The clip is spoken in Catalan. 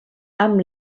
amb